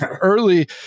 early